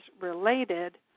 related